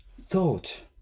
thought